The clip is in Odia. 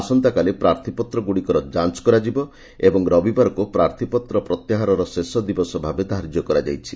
ଆସନ୍ତାକାଲି ପ୍ରାର୍ଥୀପତ୍ରଗୁଡ଼ିକର ଯାଞ୍ କରାଯିବ ଏବଂ ରବିବାରକୁ ପ୍ରାର୍ଥୀପତ୍ର ପ୍ରତ୍ୟାହାରର ଶେଷ ଦିବସ ଭାବେ ଧାର୍ଯ୍ୟ କରାଯାଇଛି